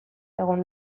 egon